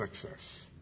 success